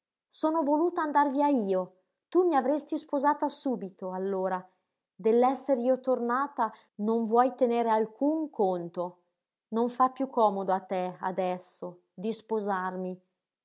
sono voluta andar via io tu mi avresti sposata subito allora dell'esser io tornata non vuoi tenere alcun conto non fa piú comodo a te adesso di sposarmi